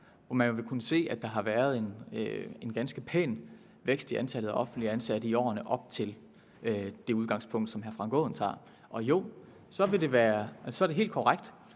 Og man vil jo kunne se, at der har været en ganske pæn vækst i antallet af offentligt ansatte i årene op til det udgangspunkt, som hr. Frank Aaen tager. Så er det helt korrekt,